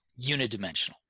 unidimensional